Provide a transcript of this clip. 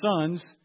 sons